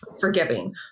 forgiving